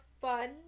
fun